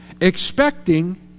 Expecting